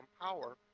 power